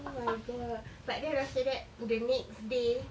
oh my god but then after that the next day